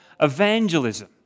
evangelism